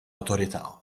awtorità